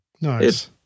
Nice